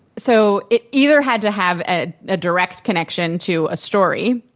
so it either had to have ah a direct connection to a story,